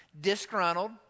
disgruntled